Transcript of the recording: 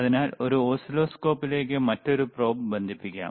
അതിനാൽ ഈ ഓസിലോസ്കോപ്പിലേക്ക് മറ്റൊരു probe ബന്ധിപ്പിക്കാം